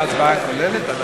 חברי הכנסת,